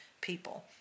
people